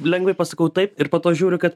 lengvai pasakau taip ir po to žiūriu kad